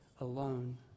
alone